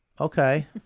Okay